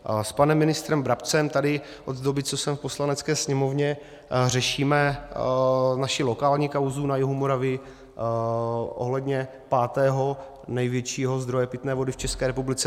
S panem ministrem Brabcem tady od doby, co jsem v Poslanecké sněmovně, řešíme naši lokální kauzu na jihu Moravy ohledně pátého největšího zdroje pitné vody v České republice.